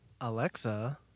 Alexa